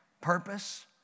purpose